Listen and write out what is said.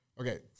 Okay